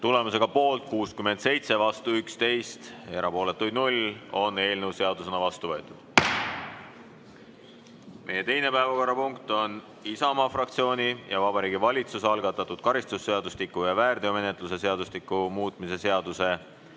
Tulemusega poolt 67, vastu 11 ja erapooletuid 0, on eelnõu seadusena vastu võetud. Meie teine päevakorrapunkt on Isamaa fraktsiooni ja Vabariigi Valitsuse algatatud karistusseadustiku ja väärteomenetluse seadustiku muutmise seaduse